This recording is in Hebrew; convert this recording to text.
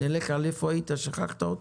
אז נבזבז אותן על "איפה היית, שכחת אותי"?